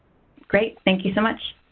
great. thank you so much.